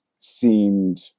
seemed